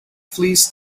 flees